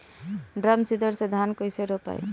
Drum seeder से धान कैसे रोपाई?